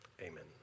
amen